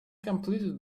completed